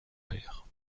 père